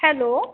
hello